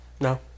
No